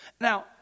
Now